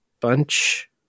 bunch